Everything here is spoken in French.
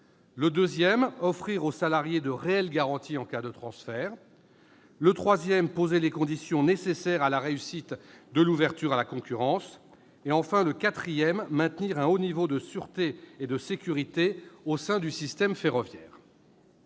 ce texte ; offrir aux salariés de réelles garanties en cas de transfert ; poser les conditions nécessaires à la réussite de l'ouverture à la concurrence ; maintenir un haut niveau de sécurité et de sûreté au sein du système ferroviaire.